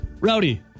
Rowdy